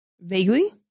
Vaguely